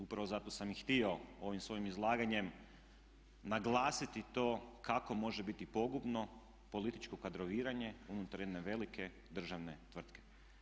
Upravo zato sam i htio ovim svojim izlaganjem naglasiti to kako može biti pogubno političko kadroviranje unutar jedne velike državne tvrtke.